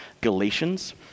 Galatians